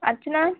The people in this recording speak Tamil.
அர்ச்சனா